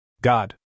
God